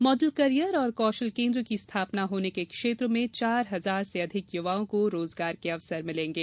model career और कौशल केन्द्र की स्थापना होने से क्षेत्र के चार हजार से अधिक युवाओं को रोजगार के अवसर मिलेगे